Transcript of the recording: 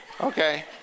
Okay